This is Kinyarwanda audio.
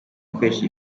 akoresha